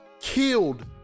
killed